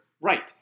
right